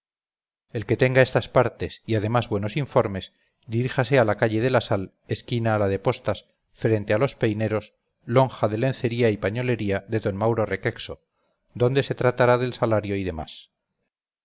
el que tenga estas partes y además buenos informes diríjase a la calle de la sal esquina a la de postas frente a los peineros lonja de lencería y pañolería de don mauro requexo donde se tratará del salario y demás